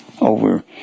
over